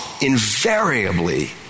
invariably